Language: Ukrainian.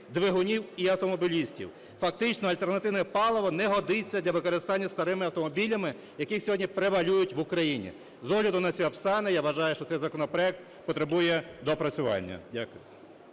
двигунів і автомобілістів. Фактично альтернативне паливо не годиться для використання старими автомобілями, які сьогодні превалюють в Україні. З огляду на ці обставини я вважаю, що цей законопроект потребує доопрацювання. Дякую.